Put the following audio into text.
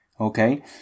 Okay